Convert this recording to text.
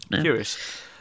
Curious